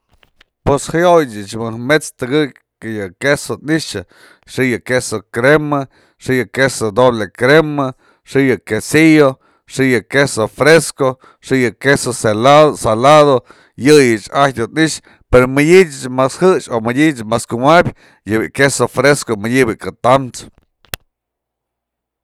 Pues jayoyë ëch mëj met's tëkëk mëjk yë queso ni'xä xi'i yë queso crema, xi'i yë queso doblre crema, xi'i yë quesillo, xi'i yë queso fresco, xi'i yë queso selado salado yëyë ajtyë i'ixë, mëdyë mas jëxpë o mëdyë mas kumapyë yë bi'i queso fresco madyë bi'i ka tamsë.